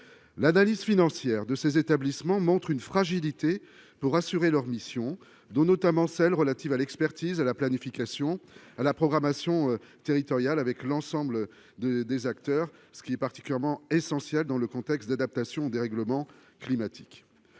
l'analyse financière de ces établissements montre une fragilité pour assurer leur mission dont notamment celles relatives à l'expertise à la planification à la programmation territorial avec l'ensemble des des acteurs, ce qui est particulièrement essentielle dans le contexte d'adaptation au dérèglement climatique,